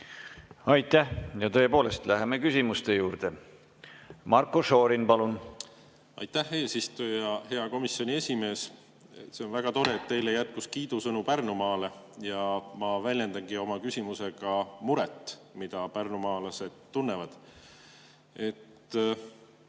Aitäh! Tõepoolest, läheme küsimuste juurde. Marko Šorin, palun! Aitäh, eesistuja! Hea komisjoni esimees! See on väga tore, et teil jätkus kiidusõnu Pärnumaale, ja ma väljendangi oma küsimusega muret, mida pärnumaalased tunnevad.